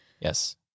Yes